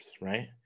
right